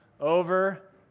over